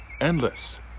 Endless